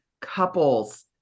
couples